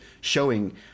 showing